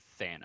Thanos